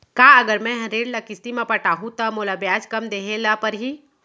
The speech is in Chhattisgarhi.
का अगर मैं हा ऋण ल किस्ती म पटाहूँ त मोला ब्याज कम देहे ल परही?